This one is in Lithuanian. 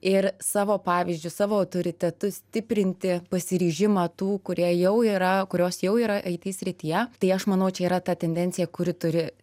ir savo pavyzdžiu savo autoritetu stiprinti pasiryžimą tų kurie jau yra kurios jau yra it srityje tai aš manau čia yra ta tendencija kuri turi